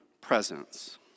presence